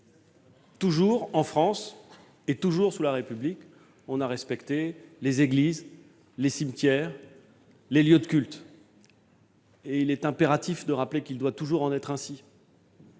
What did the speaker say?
Toujours en France et toujours sous la République, on a respecté les églises, les cimetières, les lieux de culte. Il est impératif de rappeler qu'il doit toujours en être ainsi.